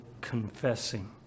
confessing